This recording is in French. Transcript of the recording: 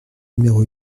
numéro